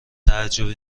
تعجبی